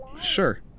Sure